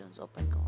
open